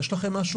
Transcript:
יש לכם משה,